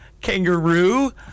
Kangaroo